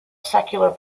secular